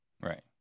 Right